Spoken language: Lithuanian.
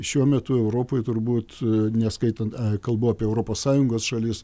šiuo metu europoj turbūt neskaitant kalbu apie europos sąjungos šalis